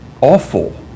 awful